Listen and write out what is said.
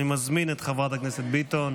אני מזמין את חברת הכנסת ביטון